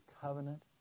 covenant